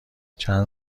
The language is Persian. چند